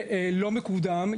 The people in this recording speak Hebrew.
לא מקודם.